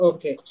Okay